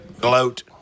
Gloat